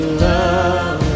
love